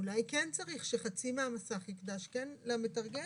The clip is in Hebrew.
אולי כן צריך שחצי מהמסך יוקדש למתרגם.